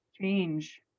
change